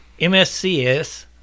MSCS